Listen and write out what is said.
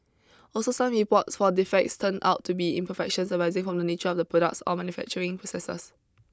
also some reports for defects turned out to be imperfections arising from the nature of the products or manufacturing processes